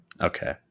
Okay